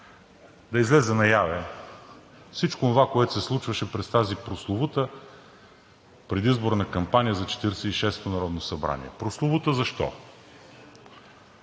да излезе наяве всичко онова, което се случваше през тази прословута предизборна кампания за 46-ото народно събрание. (Реплика от